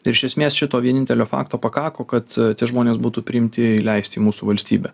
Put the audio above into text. ir iš esmės šito vienintelio fakto pakako kad tie žmonės būtų priimti įleisti į mūsų valstybę